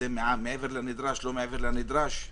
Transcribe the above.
הקישור של המשטרה,